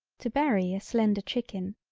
to bury a slender chicken,